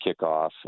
kickoff